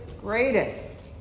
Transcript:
greatest